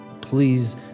please